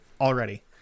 already